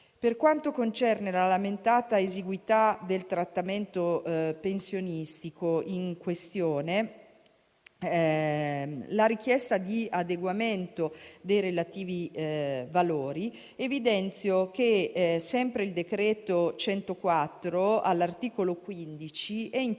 Per quanto concerne la lamentata esiguità del trattamento pensionistico in questione e la richiesta di adeguamento dei relativi valori, evidenzio che il medesimo decreto-legge n. 104, all'articolo 15, è